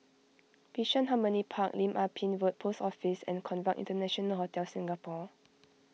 Bishan Harmony Park Lim Ah Pin Road Post Office and Conrad International Hotel Singapore